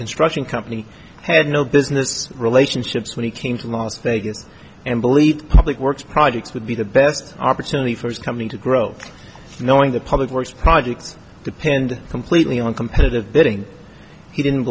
construction company had no business relationships when he came to los vegas and believed public works projects would be the best opportunity for his coming to growth knowing the public works projects depend completely on competitive bidding he didn't